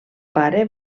pare